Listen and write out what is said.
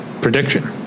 Prediction